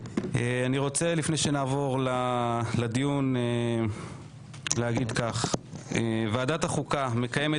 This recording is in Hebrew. לפני שנעבור לדיון אני רוצה להגיד כך: ועדת החוקה מקיימת